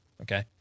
Okay